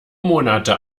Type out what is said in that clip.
monate